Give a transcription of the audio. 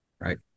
right